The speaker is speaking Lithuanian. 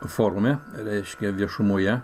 forume reiškia viešumoje